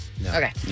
Okay